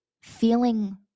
Feeling